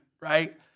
right